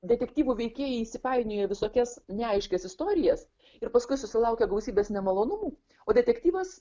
detektyvų veikėjai įsipainioja į visokias neaiškias istorijas ir paskui susilaukia gausybės nemalonumų o detektyvas